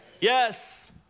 yes